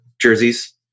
jerseys